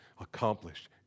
accomplished